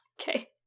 okay